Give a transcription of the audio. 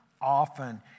often